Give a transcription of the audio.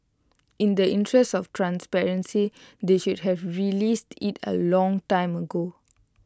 in the interest of transparency they should have released IT A long time ago